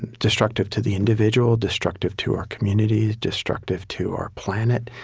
destructive to the individual, destructive to our communities, destructive to our planet.